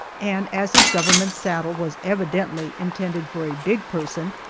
and as his government saddle was evidently intended for a big person,